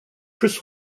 chris